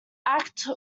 act